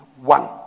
one